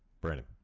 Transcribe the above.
Brandon